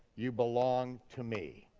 you belong to me.